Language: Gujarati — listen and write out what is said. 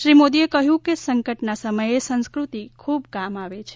શ્રી મોદીએ કહયું કે સંકટના સમયે સંસ્ક઼તિ ખુબ કામ આવે છે